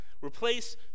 replace